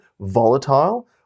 volatile